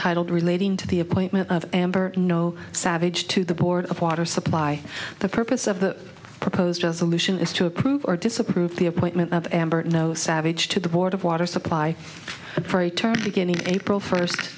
untitled relating to the appointment of amber no savage to the board of water supply the purpose of the proposed resolution is to approve or disapprove the appointment of amber no savage to the board of water supply for a term beginning april first